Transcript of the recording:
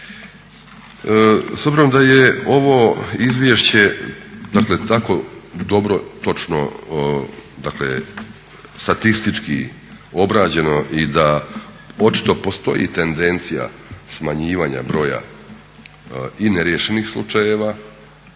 obzirom da je ovo izvješće, dakle tako dobro, točno, dakle statistički obrađeno i da očito postoji tendencija smanjivanja broja i neriješenih slučajeva,